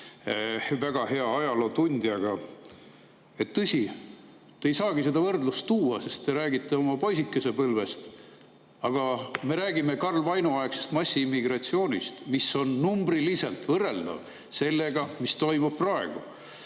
väga hea ajalootundjaga. Tõsi, te ei saagi seda võrdlust tuua, sest te räägite oma poisikesepõlvest, aga me räägime Karl Vaino aegsest massiimmigratsioonist, mis on numbriliselt võrreldav sellega, mis toimub praegu.